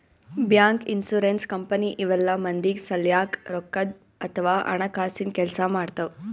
bank, insurance company ಇವೆಲ್ಲ ಮಂದಿಗ್ ಸಲ್ಯಾಕ್ ರೊಕ್ಕದ್ ಅಥವಾ ಹಣಕಾಸಿನ್ ಕೆಲ್ಸ್ ಮಾಡ್ತವ್